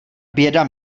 běda